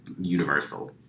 universal